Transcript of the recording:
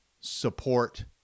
support